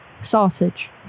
sausage